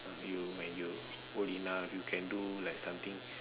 you when you old enough you can do like something